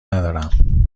ندارم